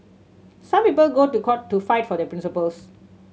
some people go to court to fight for their principles